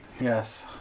Yes